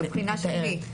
בבחינה של מי?